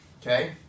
Okay